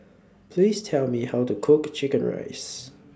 Please Tell Me How to Cook Chicken Rice